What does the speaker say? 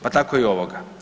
Pa tako i ovoga.